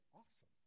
awesome